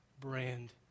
brand